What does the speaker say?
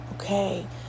Okay